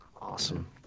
awesome